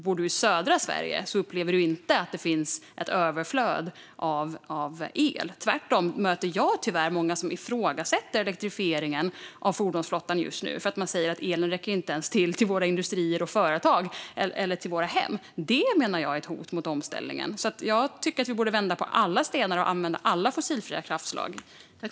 Bor man i södra Sverige upplever man inte att det finns ett överflöd av el. Jag möter tvärtom många just nu som tyvärr ifrågasätter elektrifieringen av fordonsflottan. De säger att elen inte räcker till ens till våra industrier, företag och hem. Detta är ett hot mot omställningen, menar jag. Jag tycker att vi borde vända på alla stenar och använda alla fossilfria kraftslag.